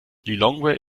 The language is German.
lilongwe